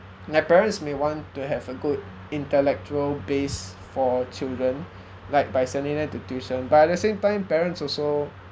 my parents may want to have a good intellectual base for children like by sending them to tuition but at the same time parents also